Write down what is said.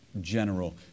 general